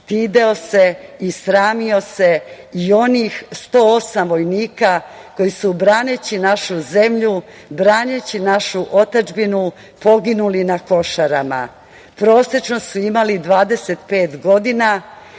stideo se i sramio se i onih 108 vojnika, koji su, braneći našu zemlju, braneći našu otadžbinu, poginuli na Košarama. Prosečno su imali 25 godina